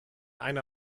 einer